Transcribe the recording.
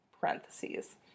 Parentheses